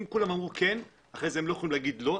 אם כולם אמרו כן, אחר כך הם לא יכולים לומר לא.